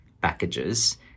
packages